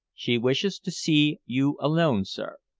she wishes to see you alone, sir.